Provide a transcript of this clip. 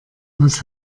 was